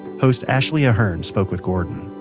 host ashley ahearn spoke with gordon.